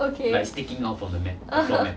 okay (uh huh)